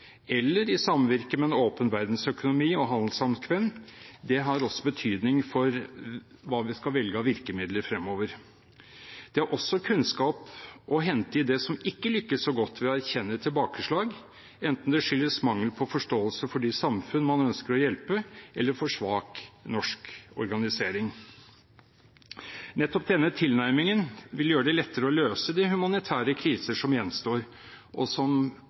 eller med en åpen verdensøkonomi og handelssamkvem, har også betydning for hva vi skal velge av virkemidler fremover. Det er også kunnskap å hente i det som ikke lykkes så godt, ved å erkjenne tilbakeslag, enten det skyldes mangel på forståelse for de samfunn man ønsker å hjelpe, eller for svak norsk organisering. Nettopp denne tilnærmingen vil gjøre det lettere å løse de humanitære kriser som gjenstår, og som